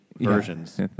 Versions